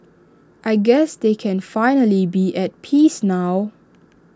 I guess they can finally be at peace now